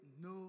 no